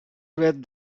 read